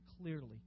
clearly